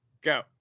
go